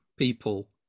people